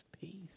peace